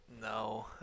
No